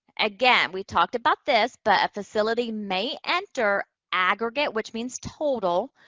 again, we talked about this, but a facility may enter aggregate, which means total,